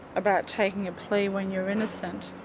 about taking a plea when you're innocent?